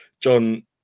John